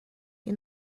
you